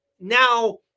Now